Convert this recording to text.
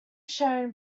shone